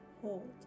hold